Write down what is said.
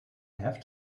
have